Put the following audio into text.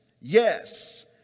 yes